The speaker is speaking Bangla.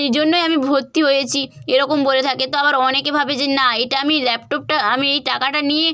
এই জন্যই আমি ভত্তি হয়েছি এরকম বলে থাকে তো আবার অনেকে ভাবে যে না এটা আমি ল্যাপটপটা আমি এই টাকাটা নিয়ে